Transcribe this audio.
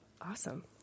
Awesome